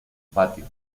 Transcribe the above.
patio